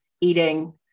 eating